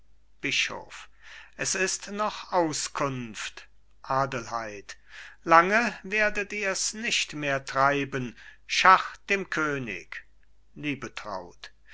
bischof es ist noch auskunft adelheid lange werdet ihr's nicht mehr treiben schach dem könig